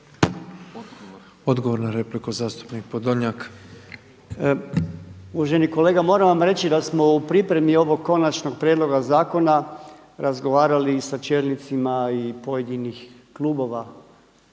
Odgovor na repliku zastupnik Podolnjak. **Podolnjak, Robert (MOST)** Uvaženi kolega moram vam reći da smo u pripremi ovog konačnog prijedloga zakona razgovarali sa čelnicima i pojedinih klubova